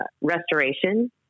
restoration